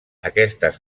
aquestes